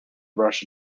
rush